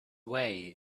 way